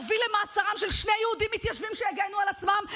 הוביל למעצרם של שני יהודים מתיישבים שהגנו על עצמם,